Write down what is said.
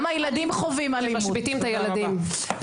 גם הילדים חווים אלימות, תודה רבה.